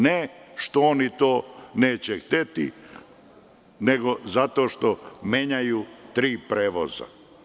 Ne zato što oni to neće hteti, nego zato što menjaju tri prevoza.